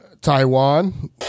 Taiwan